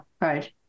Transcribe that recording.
right